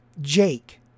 jake